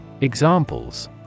Examples